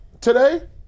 today